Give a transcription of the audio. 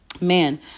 man